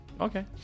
Okay